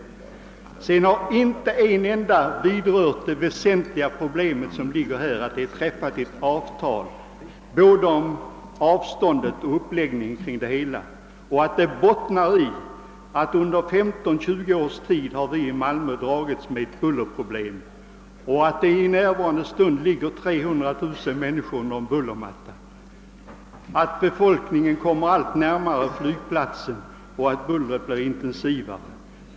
Ingen har under debatten här i kammaren berört det väsentliga problemet, nämligen att ett avtal träffats vad gäller både avståndet till flygfältet och uppläggningen i Övrigt. Det hela bottnar ju i att vi under 15—20 års tid dragits med ett bullerproblem. I närvarande stund ligger 300000 människor under bullermattan. Befolkningen kommer allt närmare flygplatsen genom nybyggnation och bullret blir allt intensivare.